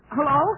Hello